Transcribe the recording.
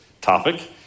topic